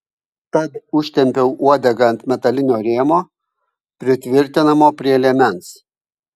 tad užtempiau uodegą ant metalinio rėmo pritvirtinamo prie liemens